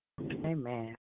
Amen